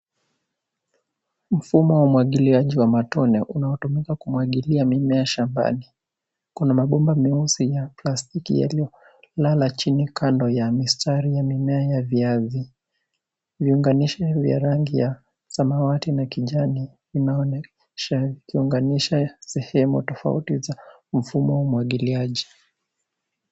Mfumo wa umwagiliaji wa matone unaotumika kumwagilia mimea shambani. Kuna mabomba meusi ya plastiki yaliyolala chini kando ya mistari ya mimea ya viazi. Viunganishi vya rangi ya samawati na kijani inaonyesha ikiunganisha sehemu tofauti za mfumo wa umwagiliaji.